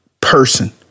person